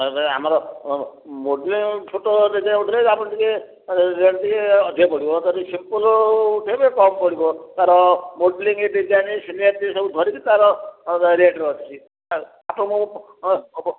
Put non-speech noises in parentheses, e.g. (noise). ଆମର (unintelligible) ଉଠେଇଲେ ଆପଣ ଟିକେ ରେଟ୍ ଟିକେ ଅଧିକା ପଡ଼ିବ ତା ସିମ୍ପଲ୍ ଉଠେଇେବେ କମ୍ ପଡ଼ିବ ତାର ମଡେଲିଂ ଡିଜାଇନ (unintelligible) ସବୁ ଧରିକି ତାର ରେଟ୍ ଅଛି ଆପଣ